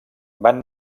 van